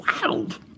Wild